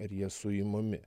ir jie suimami